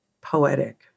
poetic